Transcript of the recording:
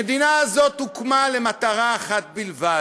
החברה הזאת הוקמה למטרה אחת בלבד,